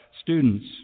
students